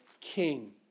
king